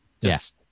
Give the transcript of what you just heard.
Yes